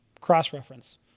Cross-reference